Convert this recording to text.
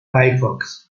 firefox